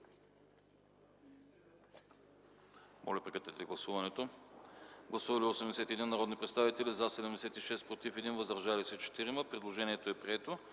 със „се уреждат”. Гласували 81 народни представители: за 76, против 1, въздържали се 4. Предложението е прието.